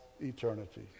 eternity